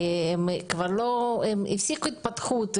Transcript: הם כבר עברו סוג של התפתחות,